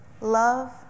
love